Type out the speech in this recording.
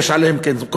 יש עליהם קונסנזוס.